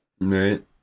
Right